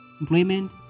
employment